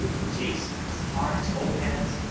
jacinths, hard topaz,